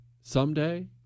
Someday